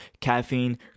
Caffeine